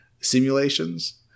simulations